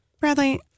Bradley